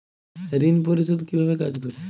ঋণ পরিশোধ কিভাবে কাজ করে?